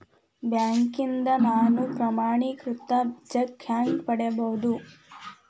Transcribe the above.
ಬ್ಯಾಂಕ್ನಿಂದ ನಾನು ಪ್ರಮಾಣೇಕೃತ ಚೆಕ್ ಹ್ಯಾಂಗ್ ಪಡಿಬಹುದು?